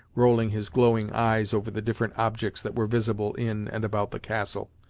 rolling his glowing eyes over the different objects that were visible in and about the castle,